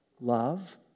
Love